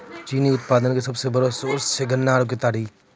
चीनी उत्पादन के सबसो बड़ो सोर्स छै गन्ना अथवा केतारी